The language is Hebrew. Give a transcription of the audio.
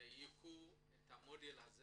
ייקחו את המודל הזה